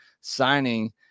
signing